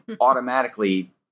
automatically